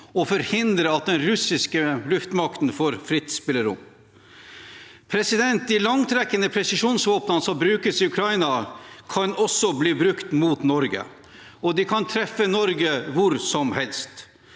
og forhindre at den russiske luftmakten får fritt spillerom. De langtrekkende presisjonsvåpnene som brukes i Ukraina, kan også bli brukt mot Norge, og de kan treffe Norge hvor som helst.